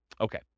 Okay